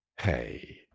hey